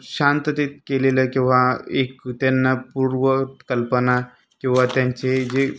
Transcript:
शांततेत केलेलं किंवा एक त्यांना पूर्वकल्पना किंवा त्यांचे जे